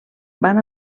van